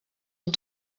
een